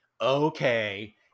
okay